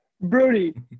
Brody